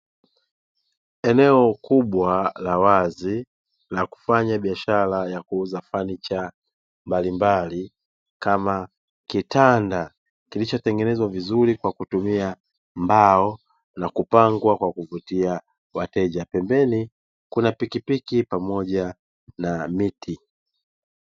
Eneo kubwa la wazi la kufanya biashara ya kuuza fanicha mbalimbali kama kitanda kilichotengenezwa vizuri kwa kutumia mbao na kupangwa kwa kuvutia wateja. Pembeni kuna pikipiki pamoja na miti.